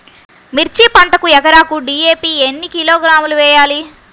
మిర్చి పంటకు ఎకరాకు డీ.ఏ.పీ ఎన్ని కిలోగ్రాములు వేయాలి?